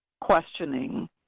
questioning